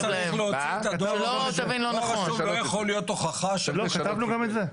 דואר רשום לא יכול להיות הוכחה שמישהו קיבל.